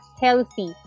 healthy